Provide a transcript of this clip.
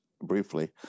briefly